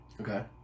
Okay